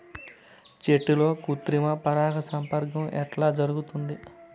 చెట్లల్లో కృత్రిమ పరాగ సంపర్కం ఎట్లా జరుగుతుంది?